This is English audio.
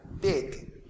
big